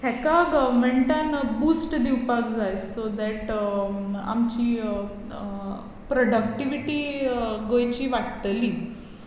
हाका गवमँटान बुस्ट दिवपाक जाय सो दॅट आमची प्रडक्टिविटी गोंयची वाडटली